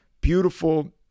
beautiful